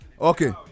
Okay